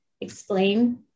explain